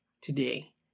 today